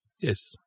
Yes